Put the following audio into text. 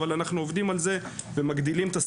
אבל אנחנו עובדים על זה ומגדילים את אחוז